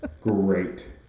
great